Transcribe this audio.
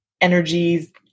energies